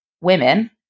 women